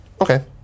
Okay